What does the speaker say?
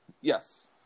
Yes